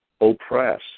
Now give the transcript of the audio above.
oppress